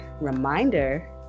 reminder